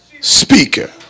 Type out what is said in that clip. speaker